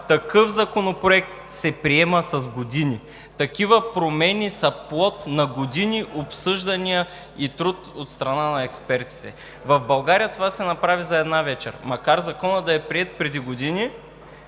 такъв законопроект се приема с години, такива промени са плод на години обсъждания и труд от страна на експертите. В България това се направи за една вечер. Макар Кодексът да е приет преди години,